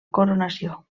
coronació